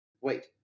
Wait